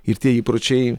ir tie įpročiai